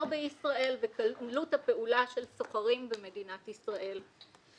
בישראל וקלות הפעולה של סוחרים במדינת ישראל.